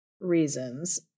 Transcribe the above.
Reasons